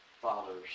fathers